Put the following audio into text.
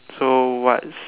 so what's